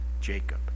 Jacob